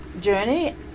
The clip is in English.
Journey